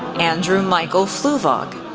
andrew michael fluevog,